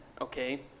okay